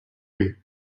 wait